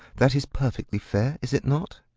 that is perfectly fair, is it not?